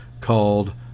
called